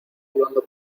hablando